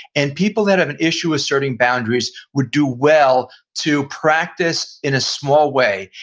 and people that have an issue asserting boundaries would do well to practice in a small way,